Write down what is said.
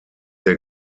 der